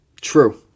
true